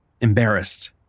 embarrassed